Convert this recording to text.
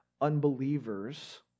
unbelievers